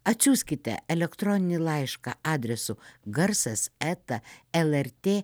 atsiųskite elektroninį laišką adresu garsas eta lrt